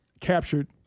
captured